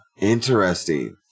interesting